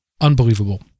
Unbelievable